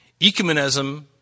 Ecumenism